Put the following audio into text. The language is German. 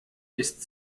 ist